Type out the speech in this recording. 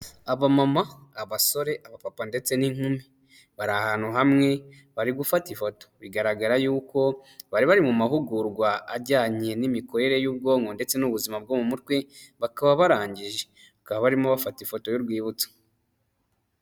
Abamama, abasore abapapa ndetse n'inkumi, bari ahantu hamwe bari gufata ifoto bigaragara yuko bari bari mu mahugurwa ajyanye n'imikorere y'ubwonko ndetse n'ubuzima bwo mu mutwe bakaba barangije, bakaba barimo bafata ifoto y'urwibutso.